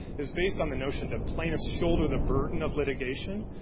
is based on the notion that plaintiffs shoulder the burden of litigation.